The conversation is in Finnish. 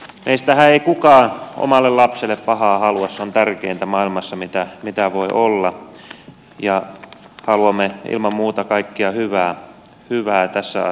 meistähän ei kukaan omalle lapselle pahaa halua se on tärkeintä maailmassa mitä voi olla ja haluamme ilman muuta kaikkea hyvää tässä asiassa